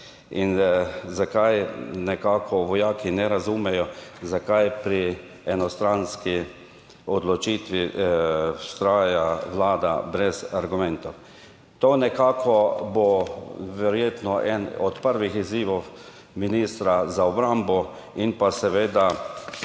in zakaj nekako vojaki ne razumejo, zakaj pri enostranski odločitvi vztraja Vlada brez argumentov. To nekako bo verjetno eden od prvih izzivov ministra za obrambo. Seveda,